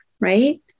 right